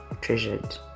treasured